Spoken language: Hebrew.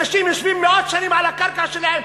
אנשים יושבים מאות שנים על הקרקע שלהם.